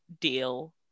deal